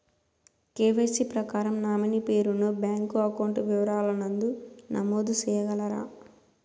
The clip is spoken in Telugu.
కె.వై.సి ప్రకారం నామినీ పేరు ను బ్యాంకు అకౌంట్ వివరాల నందు నమోదు సేయగలరా?